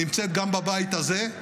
נמצאת גם בבית הזה.